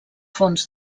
fons